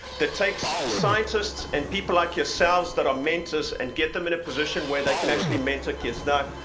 that takes scientists and people like yourselves that are mentors, and get them in a position where they can actually mentor kids. now,